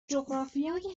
جغرافیای